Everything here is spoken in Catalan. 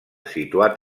situat